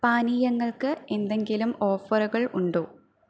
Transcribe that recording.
പാനീയങ്ങൾക്ക് എന്തെങ്കിലും ഓഫറുകൾ ഉണ്ടോ